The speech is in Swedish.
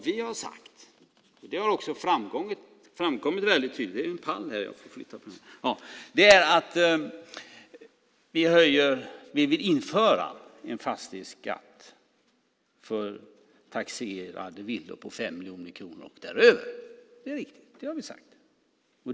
Vi har sagt, och det har också framkommit väldigt tydligt, att vi vill införa en fastighetsskatt för villor som har ett taxeringsvärde på 5 miljoner kronor och däröver. Det är riktigt.